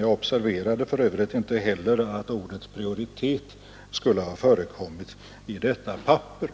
Jag observerade för övrigt inte heller att ordet prioritet förekom i detta papper.